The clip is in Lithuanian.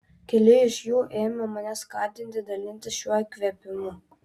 keli iš jų ėmė mane skatinti dalintis šiuo įkvėpimu